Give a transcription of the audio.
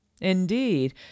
Indeed